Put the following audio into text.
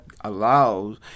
allows